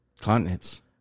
Continents